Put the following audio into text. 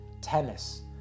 Tennis